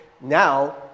now